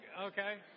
okay